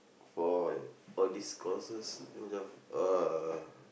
for all these courses macam uh